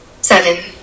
Seven